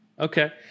Okay